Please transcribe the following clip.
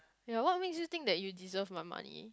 ya what makes you think that you deserve my money